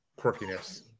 quirkiness